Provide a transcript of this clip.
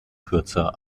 kürzer